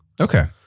Okay